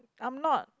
I'm not